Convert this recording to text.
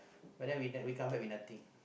but then in the end we come back with nothing